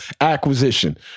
acquisition